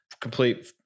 complete